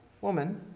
Woman